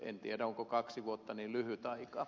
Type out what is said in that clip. en tiedä onko kaksi vuotta niin lyhyt aika